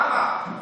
למה?